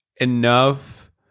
enough